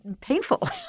painful